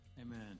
Amen